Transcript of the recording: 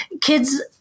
Kids